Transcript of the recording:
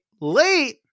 late